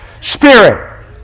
spirit